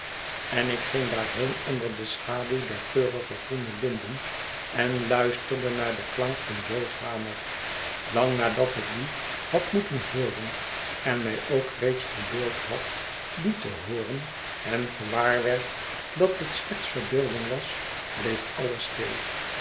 en ik ging daarheen onder de schaduw der geurige groene linden en luisterde naar den klank van jo's hamer lang nadat ik dien had moeten hooren en mij ook reeds verbeeld had dien te hooren en gewaar werd dat het slechts verbeelding was bleefalles stil